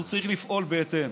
הוא צריך לפעול בהתאם.